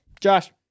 Josh